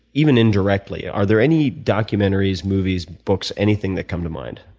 even indirectly are there any documentaries, movies, books, anything that come to mind?